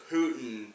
Putin